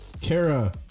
Kara